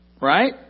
Right